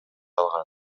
алган